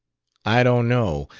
i don't know.